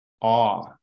awe